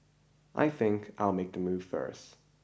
I think I'll make a move first